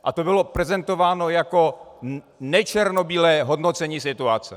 A to bylo prezentováno jako nečernobílé hodnocení situace.